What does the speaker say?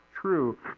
true